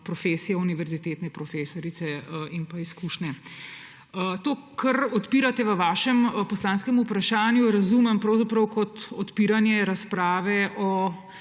profesije univerzitetne profesorice in izkušnje. To, kar odpirate v vašem poslanskem vprašanju, razumem kot odpiranje razprave o